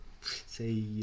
Say